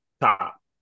Top